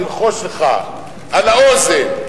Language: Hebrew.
ללחוש לך על האוזן,